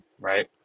right